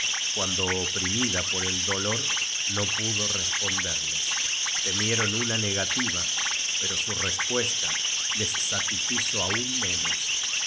cuando oprimida por el dolor no pudo responderles temieron una negativa pero su respuesta les satisfizo aun menos y